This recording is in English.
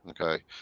Okay